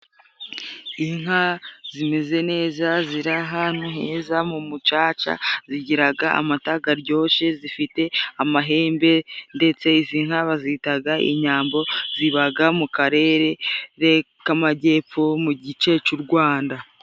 Inka zimeze neza, ziri ahantu heza mu mucaca, zigiraga amata garyoshe, zifite amahembe, ndetse izi nka bazitaga inyambo, zibaga mu karere k'amajyepfo mu gice cy'u Rwanda.